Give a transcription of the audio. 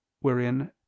wherein